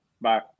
Bye